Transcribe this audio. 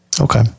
Okay